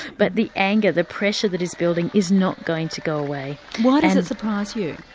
but the anger, the pressure that is building is not going to go away. why does it surprise you?